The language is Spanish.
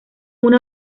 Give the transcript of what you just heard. una